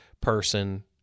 person